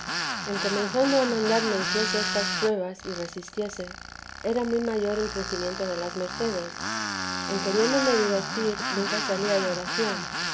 en comenzando a mandarme hiciese estas pruebas y resistiese era muy mayor el crecimiento de las mercedes en queriéndome divertir nunca salía de oración